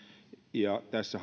ja tässä